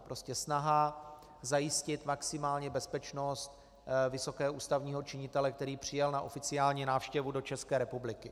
Prostě snaha zajistit maximální bezpečnost vysokého ústavního činitele, který přijel na oficiální návštěvu do České republiky.